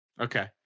Okay